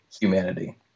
humanity